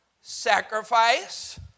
sacrifice